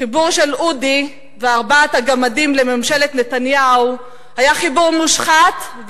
חיבור של אודי וארבעת הגמדים לממשלת נתניהו היה חיבור מושחת,